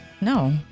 No